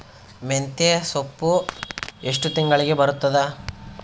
ಮೆಂತ್ಯ ಸೊಪ್ಪು ಎಷ್ಟು ತಿಂಗಳಿಗೆ ಬರುತ್ತದ?